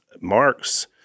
marks